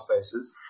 spaces